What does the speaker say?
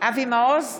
אבי מעוז,